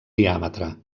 diàmetre